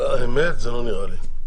האמת, זה לא נראה לי.